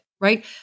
Right